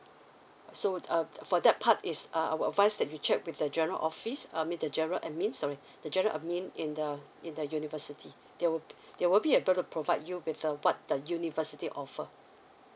so uh for that part is uh I will advice is that you check with the general office uh I mean the general admin sorry the general admin in the in the university they will they will be able to provide you with uh what the university offer